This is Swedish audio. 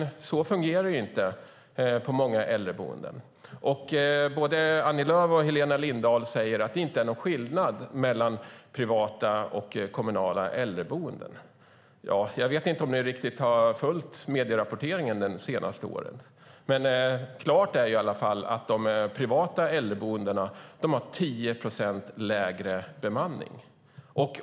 Så fungerar det inte på många äldreboenden. Både Annie Lööf och Helena Lindahl säger att det inte är någon skillnad mellan privata och kommunala äldreboenden. Jag vet inte om ni har följt medierapporteringen det senaste året. Det står klart att de privata äldreboendena har 10 procent lägre bemanning.